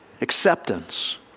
Acceptance